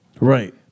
Right